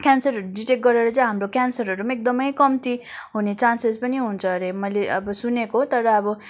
क्यान्सरहरू डिटेक्ट गरेर चाहिँ हाम्रो क्यान्सरहरू पनि एकदमै कम्ती हुने चान्सेस पनि हुन्छ अरे मैले अब सुनेको तर अब